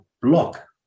Block